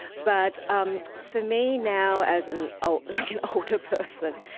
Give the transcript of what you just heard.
but um for me now as an ah like an older person,